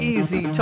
Easy